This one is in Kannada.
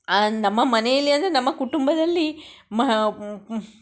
ನಮ್ಮ ಮನೆಯಲ್ಲಿ ಅಂದರೆ ನಮ್ಮ ಕುಟುಂಬದಲ್ಲಿ ಮಾ